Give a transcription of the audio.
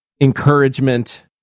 encouragement